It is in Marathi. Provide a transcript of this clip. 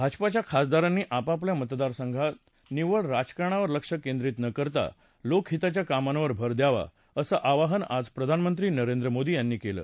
भाजपाच्या खासदारांनी आपापल्या मतदारसंघा निव्वळ राजकाणावर लक्ष केंद्रित न करता लोकहिताच्या कामांवर भर द्यावा अस आवाहन आज प्रधानमंत्री नरेंद्र मोदी यांनी केलं